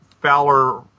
Fowler